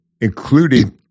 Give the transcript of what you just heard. including